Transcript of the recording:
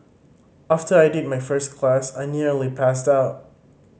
after I did my first class I nearly passed out